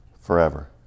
Forever